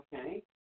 Okay